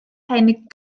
hen